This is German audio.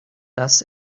das